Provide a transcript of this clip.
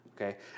okay